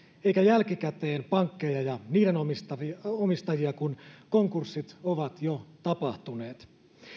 eikä jälkikäteen pankkeja ja niiden omistajia omistajia kun konkurssit ovat jo tapahtuneet